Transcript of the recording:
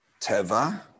Teva